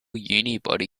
unibody